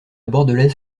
bordelaise